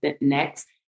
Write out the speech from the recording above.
next